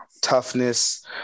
toughness